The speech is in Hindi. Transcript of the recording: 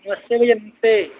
नमस्ते भइया नमस्ते